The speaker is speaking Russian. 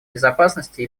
безопасности